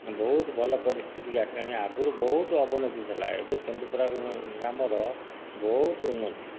ବହୁତ ଭଲ ପରିସ୍ଥିତିକୁ ଆସିଲାଣି ଆଗରୁ ବହୁତ ଅବନତି ଥିଲା ଏବେ କେନ୍ଦୁପଡ଼ା ଗ୍ରାମର ବହୁତ ଉନ୍ନତି